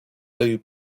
blue